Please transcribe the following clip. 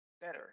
better